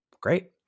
Great